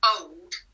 old